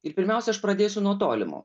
ir pirmiausia aš pradėsiu nuo tolimo